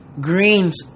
greens